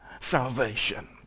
salvation